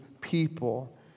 people